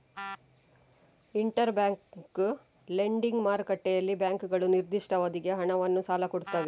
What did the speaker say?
inter bank lending ಮಾರುಕಟ್ಟೆಯಲ್ಲಿ ಬ್ಯಾಂಕುಗಳು ನಿರ್ದಿಷ್ಟ ಅವಧಿಗೆ ಹಣವನ್ನ ಸಾಲ ಕೊಡ್ತವೆ